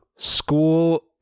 School